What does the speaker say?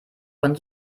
von